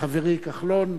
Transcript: מחברי כחלון,